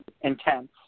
intense